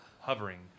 hovering